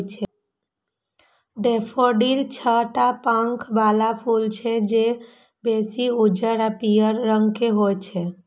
daffodil छह टा पंख बला फूल छियै, जे बेसी उज्जर आ पीयर रंग के होइ छै